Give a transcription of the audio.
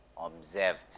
observed